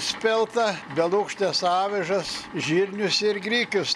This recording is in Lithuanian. speltą belukštes avižas žirnius ir grikius